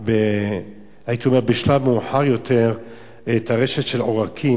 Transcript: בשלב מאוחר יותר לטרשת עורקים,